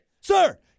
Sir